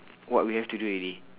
what we have to do already